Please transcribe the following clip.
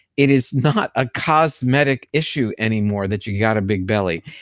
it is not a cosmetic issue anymore that you got a big belly,